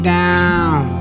down